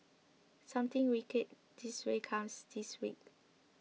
something wicked this way comes this week